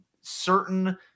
certain